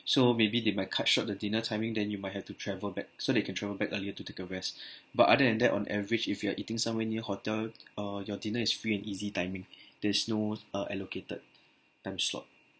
so maybe they might cut short the dinner timing then you might have to travel back so they can travel back earlier to take a rest but other than that on average if you are eating somewhere near hotel uh your dinner is free and easy timing there's no uh allocated time slot